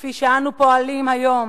כפי שאנו פועלים היום,